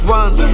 one